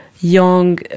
young